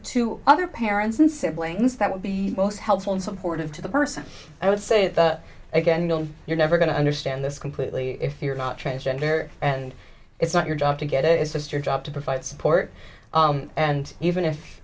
to other parents and siblings that would be most helpful and supportive to the person i would say the again you're never going to understand this completely if you you're not transgender and it's not your job to get it it's your job to provide support and even if